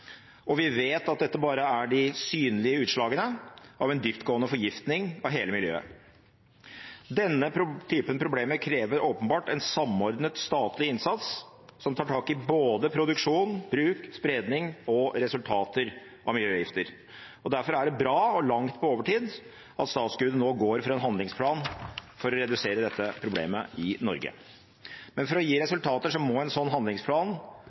og vi vet at dette bare er de synlige utslagene av en dyptgående forgiftning av hele miljøet. Denne typen problemer krever åpenbart en samordnet statlig innsats, som tar tak i både produksjon, bruk, spredning og resultater av miljøgifter. Derfor er det bra og langt på overtid at startskuddet nå går for en handlingsplan for å redusere dette problemet i Norge. Men for å gi resultater må en slik handlingsplan